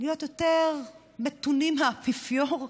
להיות יותר מתונים מהאפיפיור?